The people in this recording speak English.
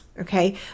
Okay